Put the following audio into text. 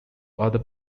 other